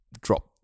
drop